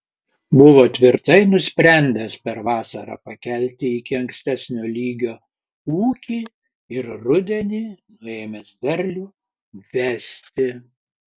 buvo tvirtai nusprendęs per vasarą pakelti iki ankstesnio lygio ūkį ir rudenį nuėmęs derlių vesti